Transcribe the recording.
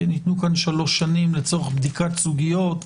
ניתנו כאן שלוש שנים לצורך בדיקת סוגיות.